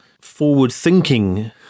forward-thinking